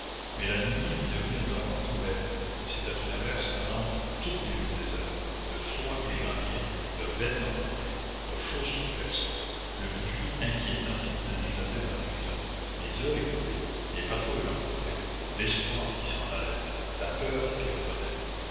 mais la nuit qui devenait vraiment trop belle c'était une averse à rendre toutes les rues désertes le froid qui les gagnait leurs vêtements trempés leurs chaussures percées le bruit inquiétant qui venait d'éclater dans la prison les heures écoulées les patrouilles rencontrées l'espoir qui s'en allait la peur qui revenait